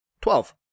Twelve